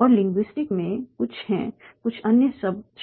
और लिंग्विस्टिक में कुछ हैं कुछ अन्य